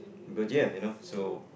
but ya you know so